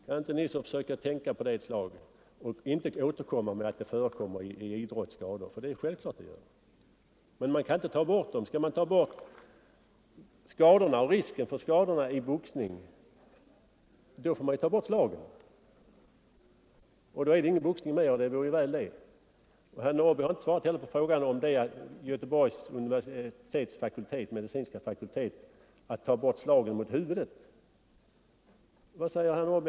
Kan inte herr Nisser begrunda detta och inte återigen framföra argumentet att det förekommer skador inom idrotten? För att avskaffa risken för skador inom boxningen får man också avskaffa slagen, men då är det inte längre fråga om boxning — det vore också väl om så skedde. Herr Norrby har inte heller svarat på frågan från Göteborgs universitets medicinska fakultet om möjligheten att förbjuda slag mot huvudet.